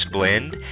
Blend